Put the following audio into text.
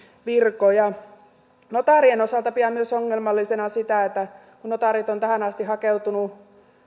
virkoja notaarien osalta pidän myös ongelmallisena sitä että kun notaarit ovat tähän asti hakeutuneet